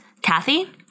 Kathy